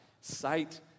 sight